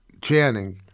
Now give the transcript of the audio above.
Channing